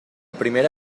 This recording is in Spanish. primera